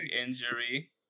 injury